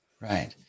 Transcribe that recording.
right